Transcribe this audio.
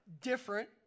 different